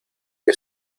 que